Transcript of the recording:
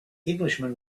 englishman